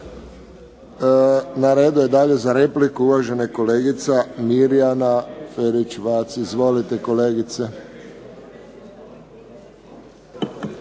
Na redu je dalje za repliku uvažena kolegica Mirjana Ferić-Vac. Izvolite kolegice.